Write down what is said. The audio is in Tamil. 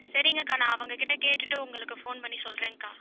சரிங்கக்கா நான் அவங்ககிட்ட கேட்டுட்டு உங்களுக்கு ஃபோன் பண்ணி சொல்கிறேன்க்கா